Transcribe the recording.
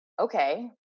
Okay